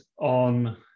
on